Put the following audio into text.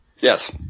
Yes